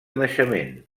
naixement